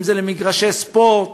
אם זה למגרשי ספורט,